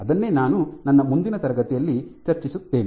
ಅದನ್ನೇ ನಾನು ನನ್ನ ಮುಂದಿನ ತರಗತಿಯಲ್ಲಿ ಚರ್ಚಿಸುತ್ತೇನೆ